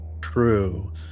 True